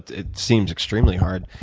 it seems extremely hard.